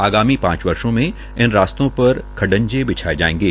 आगामी पांच वर्षो में इन रास्तों पर ख्डजें बिछाये जायेंगे